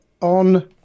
on